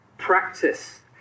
Practice